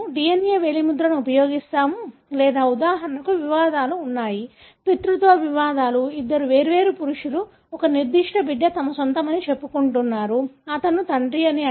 మనము DNA వేలిముద్రను ఉపయోగిస్తాము లేదా ఉదాహరణకు వివాదాలు ఉన్నాయి పితృత్వ వివాదాలు ఇద్దరు వేర్వేరు పురుషులు ఒక నిర్దిష్ట బిడ్డ తమ సొంతమని చెప్పుకుంటున్నారు అతను తండ్రి